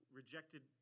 rejected